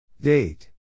Date